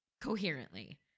Coherently